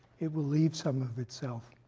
it will leave some of itself,